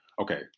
Okay